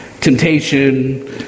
Temptation